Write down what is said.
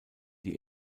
die